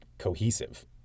cohesive